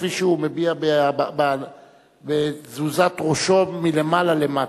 כפי שהוא מביע בתזוזת ראשו מלמעלה למטה,